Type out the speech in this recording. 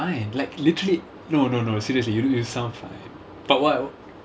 no dude you sound fine like literally no no no seriously you you sound fine but what